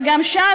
וגם שם,